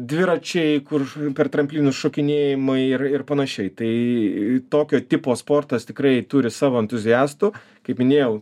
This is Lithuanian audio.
dviračiai kur per tramplinus šokinėjimai ir ir panašiai tai tokio tipo sportas tikrai turi savo entuziastų kaip minėjau